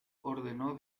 ordenó